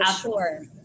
sure